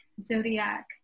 zodiac